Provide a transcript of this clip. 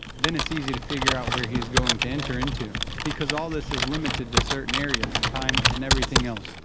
then it's easy to figure out where he is going to enter into, because all this is limited to certain areas, time and everything else.